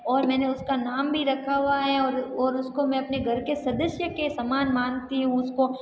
और मैंने उसका नाम भी रखा हुआ है और और उसको मैं अपने घर के सदस्य के समान मानती हूँ उसको